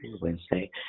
wednesday